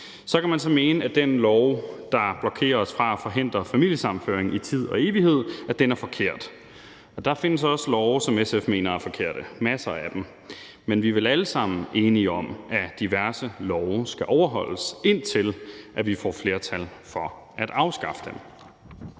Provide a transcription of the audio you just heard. Så kan man så mene, at den lov, der blokerer os fra at forhindre familiesammenføring for tid og evighed, er forkert. Der findes også love, som SF mener er forkerte, masser af dem, men vi er vel alle sammen enige om, at diverse love skal overholdes, indtil vi får flertal for at afskaffe dem.